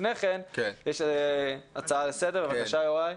לפני כן יש הצעה לסדר, בבקשה, יוראי.